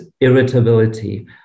irritability